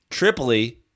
Tripoli